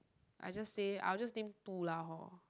I just say I'll just name two lah hor